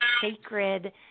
sacred